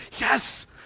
yes